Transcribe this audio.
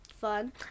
fun